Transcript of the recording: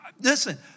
Listen